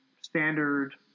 standard